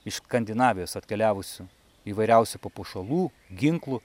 iš skandinavijos atkeliavusių įvairiausių papuošalų ginklų